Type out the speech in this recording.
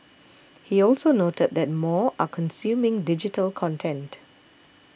he also noted that more are consuming digital content